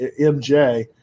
MJ